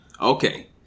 Okay